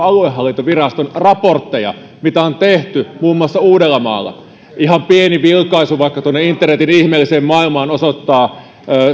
aluehallintoviraston raportteja mitä on tehty muun muassa uudellamaalla ihan pieni vilkaisu vaikka tuonne internetin ihmeelliseen maailmaan osoittaa